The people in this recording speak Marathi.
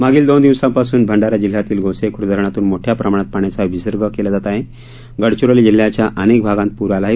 मागील दोन दिवसांपासून भंडारा जिल्ह्यातील गोसेख्र्द धरणातून मोठ्या प्रमाणात पाण्याचा विसर्ग केला जात असल्याने गडचिरोली जिल्ह्याच्या अनेक भागांत पूर आला आहे